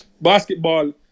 basketball